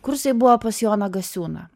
kursai buvo pas joną gasiūną